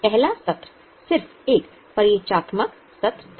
पहला सत्र सिर्फ एक परिचयात्मक सत्र था